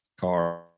car